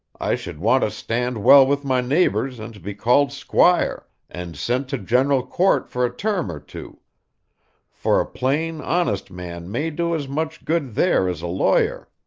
i should want to stand well with my neighbors and be called squire, and sent to general court for a term or two for a plain, honest man may do as much good there as a lawyer.